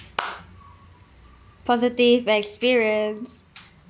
positive experience